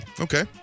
Okay